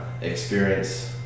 experience